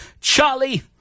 Charlie